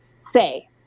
say